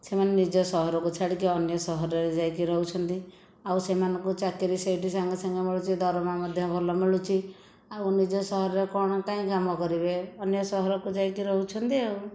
ସେମାନେ ନିଜ ସହରକୁ ଛାଡ଼ିକି ଅନ୍ୟ ସହରରେ ଯାଇକି ରହୁଛନ୍ତି ଆଉ ସେମାନଙ୍କୁ ଚାକିରି ସେଇଠି ସାଙ୍ଗେ ସାଙ୍ଗେ ମିଳୁଛି ଦରମା ମଧ୍ୟ ଭଲ ମିଳୁଛି ଆଉ ନିଜ ସହରରେ କ'ଣ ପାଇଁ କାମ କରିବେ ଅନ୍ୟ ସହରକୁ ଯାଇକି ରହୁଛନ୍ତି ଆଉ